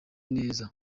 neza